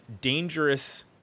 Dangerous